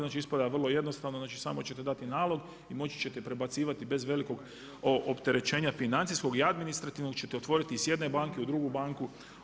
Znači ispada vrlo jednostavno, znači samo ćete dati nalog i moći ćete prebacivati bez velikog opterećenja financijskog i administrativnog ćete otvoriti s jedne banke u drugu banku.